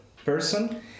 person